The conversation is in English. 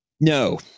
No